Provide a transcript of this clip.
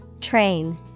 Train